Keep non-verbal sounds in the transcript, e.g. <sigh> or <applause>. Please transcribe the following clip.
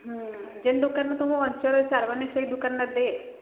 ହୁଁ <unintelligible> ଦୋକାନ ତୁମ ଅଞ୍ଚଳ <unintelligible> ସେଇ ଦୋକାନଟା ଦେ